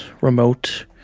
remote